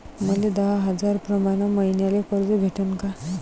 मले दहा हजार प्रमाण मईन्याले कर्ज भेटन का?